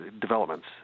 developments